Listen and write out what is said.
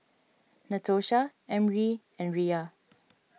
Natosha Emry and Riya